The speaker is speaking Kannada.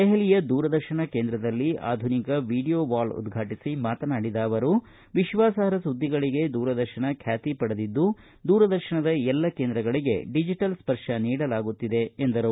ದೆಹಲಿಯ ದೂರದರ್ಶನ ಕೇಂದ್ರದಲ್ಲಿ ಆಧುನಿಕ ವಿಡಿಯೋ ವಾಲ್ ಉದ್ಘಾಟಿಸಿ ಮಾತನಾಡಿದ ಅವರು ವಿಶ್ವಾಸಾರ್ಪ ಸುದ್ದಿಗಳಿಗೆ ದೂರದರ್ಶನ ಖ್ಯಾತಿ ಪಡೆದಿದ್ದು ದೂರದರ್ಶನದ ಎಲ್ಲ ಕೇಂದ್ರಗಳಿಗೆ ಡಿಜಿಟಲ್ ಸ್ವರ್ಶ ನೀಡಲಾಗುತ್ತಿದೆ ಎಂದರು